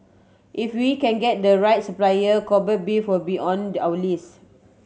if we can get the right supplier Kobe beef will be on there our list